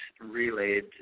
relayed